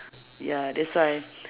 ya that's why